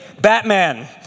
Batman